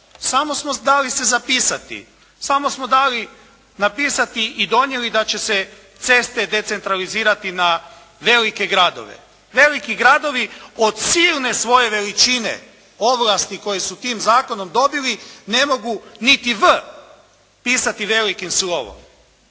Samo smo dali se zapisati, samo smo dali napisati i donijeli da će se ceste decentralizirati na velike gradove. Veliki gradovi od silne svoje veličine ovlasti koje su tim zakonom dobili ne mogu niti “v“ pisati velikim slovom,